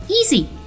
easy